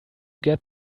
get